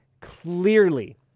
clearly